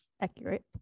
accurate